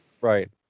Right